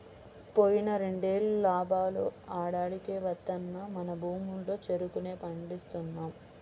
పోయిన రెండేళ్ళు లాభాలు ఆడాడికే వత్తన్నా మన భూముల్లో చెరుకునే పండిస్తున్నాం